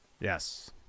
Yes